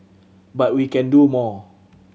but we can do more